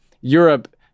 Europe